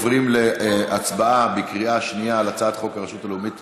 אנחנו עוברים להצבעה בקריאה שנייה על הצעת חוק הרשות הלאומית